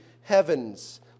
heavens